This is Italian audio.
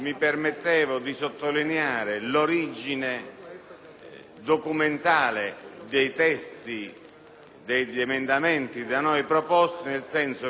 documentale dei testi degli emendamenti da noi proposti, nel senso che sono a nostra firma, ma sono